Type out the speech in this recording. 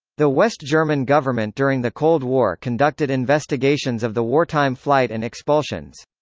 the west german government during the cold war conducted investigations of the wartime flight and expulsions.